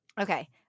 Okay